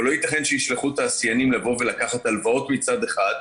אבל לא ייתכן שישלחו תעשיינים לבוא ולקחת הלוואות מצד אחד,